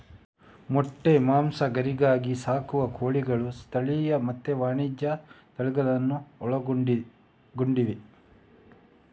ಮೊಟ್ಟೆ, ಮಾಂಸ, ಗರಿಗಾಗಿ ಸಾಕುವ ಕೋಳಿಗಳು ಸ್ಥಳೀಯ ಮತ್ತೆ ವಾಣಿಜ್ಯ ತಳಿಗಳನ್ನೂ ಒಳಗೊಂಡಿವೆ